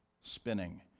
spinning